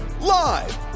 live